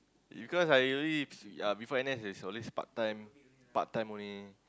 because I already uh before N_S it's always part time part time only